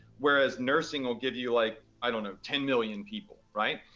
whereas nursing will give you like, i don't know ten million people, right?